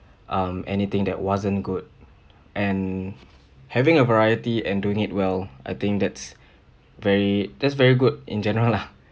um anything that wasn't good and having a variety and doing it well I think that's very that's very good in general lah